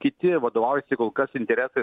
kiti vadovaujasi kol kas interesais